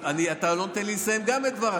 אתה גם לא נותן לי לסיים את דבריי.